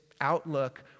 outlook